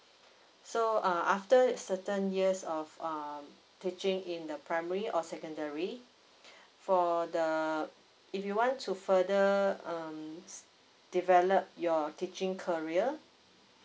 so uh after certain years of um teaching in the primary or secondary for the if you want to further um s~ develop your teaching career